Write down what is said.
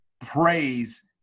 praise